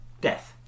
Death